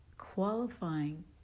qualifying